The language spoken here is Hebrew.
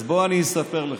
אז בוא אני אספר לך,